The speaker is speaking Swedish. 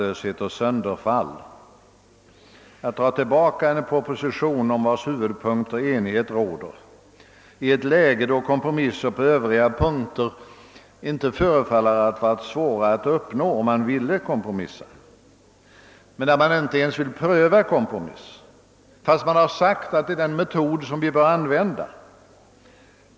En regering, som är intresserad av att förverkliga en reform, drar sannerligen inte tillbaka en proposition om vars huvudpunkter enighet råder, speciellt inte i ett läge då kompromisser synes vara möjliga att uppnå på övriga punkter. Men regeringen tycks inte vilja försöka kompromissa, fast man framhållit att den metoden bör användas.